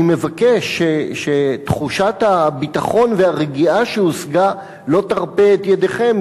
אני מבקש שתחושת הביטחון והרגיעה שהושגה לא תרפה את ידיכם,